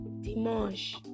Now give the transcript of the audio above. Dimanche